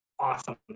awesome